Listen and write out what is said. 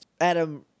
Adam